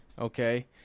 okay